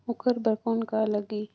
ओकर बर कौन का लगी?